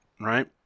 right